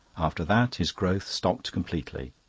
after that his growth stopped completely,